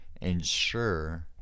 ensure